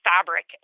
fabric